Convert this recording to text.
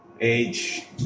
age